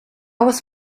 was